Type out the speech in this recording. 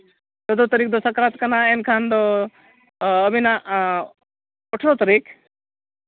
ᱪᱳᱫᱽᱫᱚ ᱛᱟᱹᱨᱤᱠᱷ ᱫᱚ ᱥᱟᱠᱨᱟᱛ ᱠᱟᱱᱟ ᱮᱱᱠᱷᱟᱱ ᱫᱚ ᱟᱹᱵᱤᱱᱟᱜ ᱟᱴᱷᱨᱚ ᱛᱟᱹᱨᱤᱠᱷ